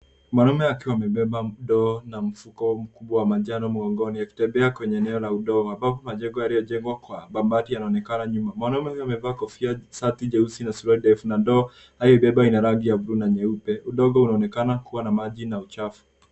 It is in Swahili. Mwanaume akiwa amebeba ndoo na mfuko mkubwa wa manjano mgongoni, akitembea kwenye eneo la udongo ambapo majengo yaliyojengwa kwa mabati yanaonekana nyuma. Mwanaume huyu amevaa kofia, shati jeusi na suruali ndefu na ndoo anayoibeba ina rangi ya buluu na nyeupe. Udongo unaonekana kuwa na maji na uchafu.